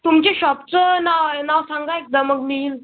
तुमची शॉपचं ना नाव सांगा एकदा मग मी येईल